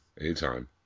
Anytime